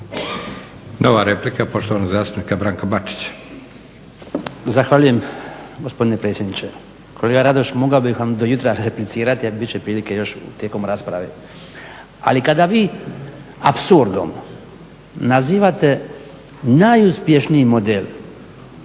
Nova replika poštovanog zastupnika Branka Bačića. **Bačić, Branko (HDZ)** Zahvaljujem gospodine predsjedniče. Kolega Radoš mogao bih vam do jutra replicirati ali biti će prilike još tijekom rasprave. Ali kada vi apsurdom nazivate najuspješniji model